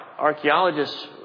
Archaeologists